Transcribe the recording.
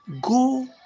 go